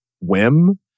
whim